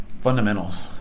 fundamentals